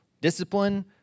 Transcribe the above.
Discipline